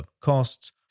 costs